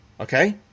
okay